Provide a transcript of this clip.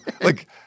Like-